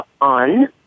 on